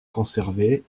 conservées